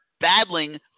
battling